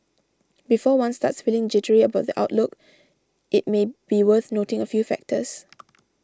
before one starts feeling jittery about the outlook it may be worth noting a few factors